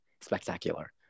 Spectacular